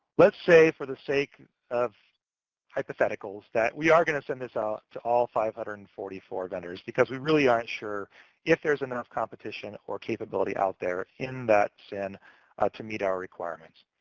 let's say, for the sake of hypotheticals that we are going to send this out to all five hundred and forty four vendors, because we really aren't sure if there's enough competition or capability out there in that sin to meet our requirements.